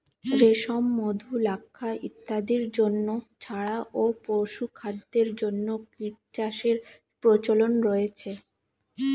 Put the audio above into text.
রেশম, মধু, লাক্ষা ইত্যাদির জন্য ছাড়াও পশুখাদ্যের জন্য কীটচাষের প্রচলন রয়েছে